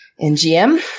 NGM